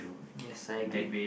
yes I agree with you